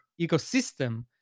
ecosystem